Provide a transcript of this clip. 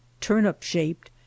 turnip-shaped